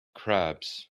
crabs